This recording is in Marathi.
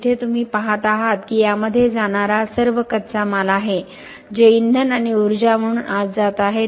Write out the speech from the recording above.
तर इथे तुम्ही पाहत आहात की यामध्ये जाणारा सर्व कच्चा माल आहे जे इंधन आणि ऊर्जा म्हणून आत जात आहे